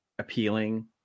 appealing